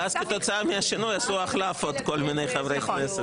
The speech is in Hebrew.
ואז כתוצאה מהשינוי כל מיני חברי כנסת עשו כל מיני החלפות.